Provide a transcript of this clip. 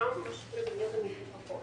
וגם מהמדינות המפותחות